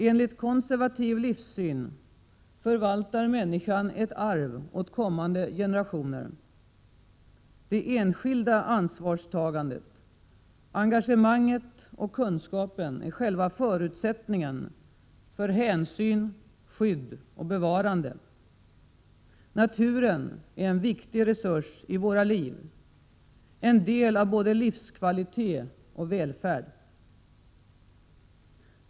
Enligt konservativ livssyn förvaltar människan ett arv åt kommande generationer. Det enskilda ansvarstagandet, engagemanget och kunskapen är själva förutsättningen för hänsyn, skydd och bevarande. Naturen är en viktig resurs i våra liv, en del av både livskvalitet och välfärd.